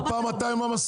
עוד פעם אתה עם המשאיות?